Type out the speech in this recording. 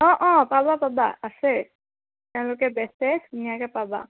অঁ অঁ পাবা পাবা আছে তেওঁলোকে বেচে ধুনীয়াকে পাবা